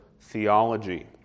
theology